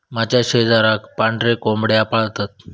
माझ्या शेजाराक पांढरे कोंबड्यो पाळतत